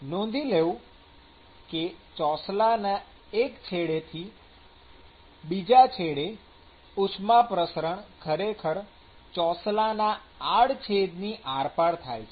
નોંધી લેવું કે ચોસલાના એક છેડેથી બીજા છેડે ઉષ્મા પ્રસરણ ખરેખર ચોસલાના આડછેદની આરપાર થાય છે